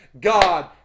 God